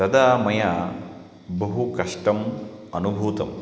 तदा मया बहु कष्टम् अनुभूतम्